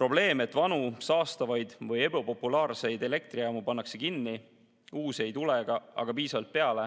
Probleem, et vanu, saastavaid või ebapopulaarseid elektrijaamu pannakse kinni, uusi ei tule ka aga piisavalt peale,